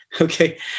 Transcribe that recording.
Okay